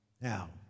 Now